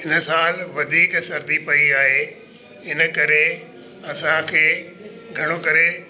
हिन साल वधीक सर्दी पई आहे इन करे असांखे घणो करे